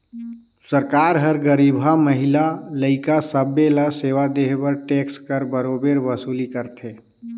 सरकार हर गरीबहा, महिला, लइका सब्बे ल सेवा देहे बर टेक्स कर बरोबेर वसूली करथे